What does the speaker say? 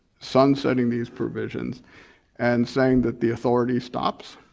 sun-setting these provisions and saying that the authority stops.